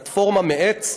פלטפורמה מעץ,